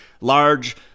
large